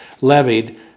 levied